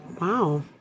Wow